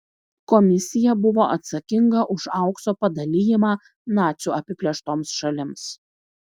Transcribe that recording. komisija buvo atsakinga už aukso padalijimą nacių apiplėštoms šalims